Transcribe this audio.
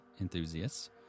enthusiasts